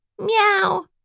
Meow